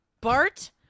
Bart